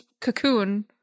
cocoon